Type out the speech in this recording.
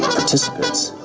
participants.